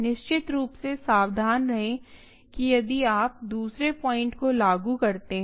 निश्चित रूप से सावधान रहें कि यदि आप दूसरे पॉइंट् को लागू करते हैं